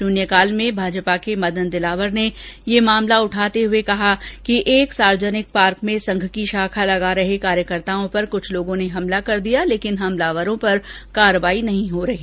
शून्यकाल में भाजपा के मदन दिलावर ने यह मामला उठाते हुए कहा कि एक सार्वजनिक पार्क में संघ की शाखा लगा रहे कार्यकर्ताओं पर कुछ लोगों ने हमला कर दिया लेकिन हमलावरों पर कार्रवाई नहीं हो रही